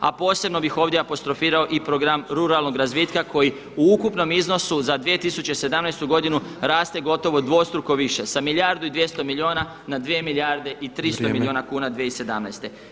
A posebno bih ovdje apostrofirao i program ruralnog razvitka koji u ukupnom iznosu za 2017. godinu raste gotovo dvostruko više sa milijardu i 200 milijuna na dvije milijarde i 300 milijuna kuna 2017.